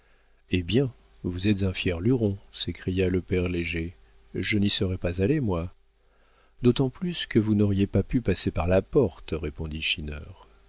eh bien vous êtes un fier luron s'écria le père léger je n'y serais pas allé moi d'autant plus que vous n'auriez pas pu passer par la porte